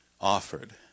offered